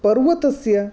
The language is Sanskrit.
पर्वतस्य